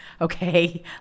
Okay